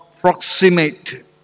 proximate